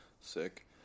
Sick